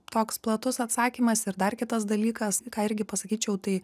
toks platus atsakymas ir dar kitas dalykas ką irgi pasakyčiau tai